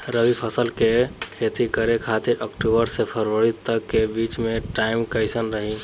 रबी फसल के खेती करे खातिर अक्तूबर से फरवरी तक के बीच मे टाइम कैसन रही?